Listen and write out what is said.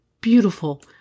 beautiful